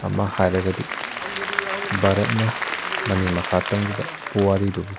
ꯑꯃ ꯍꯥꯏꯔꯒꯗꯤ ꯚꯥꯔꯠꯅ ꯃꯅꯤꯡ ꯃꯈꯥ ꯇꯝꯈꯤꯕ ꯄꯨꯋꯥꯔꯤꯗꯨ